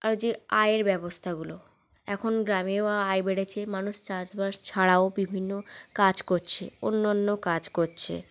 আর যে আয়ের ব্যবস্থাগুলো এখন গ্রামেও আয় বেড়েছে মানুষ চাষবাস ছাড়াও বিভিন্ন কাজ করছে অন্য অন্য কাজ করছে